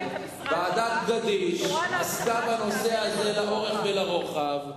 ועדת-גדיש עסקה בנושא הזה לאורך ולרוחב.